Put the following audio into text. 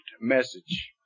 message